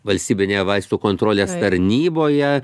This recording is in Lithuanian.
valstybinėje vaistų kontrolės tarnyboje